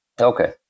Okay